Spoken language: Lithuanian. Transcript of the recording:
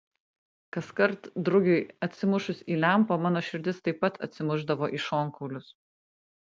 kaskart drugiui atsimušus į lempą mano širdis taip pat atsimušdavo į šonkaulius